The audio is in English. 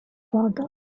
father